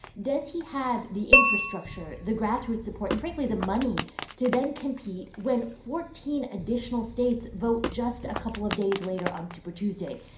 does he have the infrastructure the grassroots support and, frankly, the money to then compete when fourteen additional states vote just a couple of days later on super tuesday?